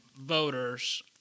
voters